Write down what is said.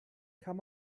kann